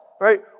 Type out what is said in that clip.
right